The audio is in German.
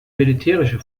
militärische